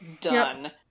done